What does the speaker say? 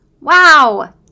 Wow